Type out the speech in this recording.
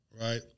right